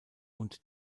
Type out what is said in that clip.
und